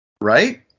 Right